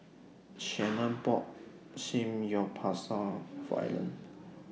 Shannon bought Samgyeopsal For Alan